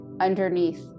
underneath